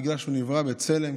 בגלל שהוא נברא בצלם,